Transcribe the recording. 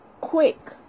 quick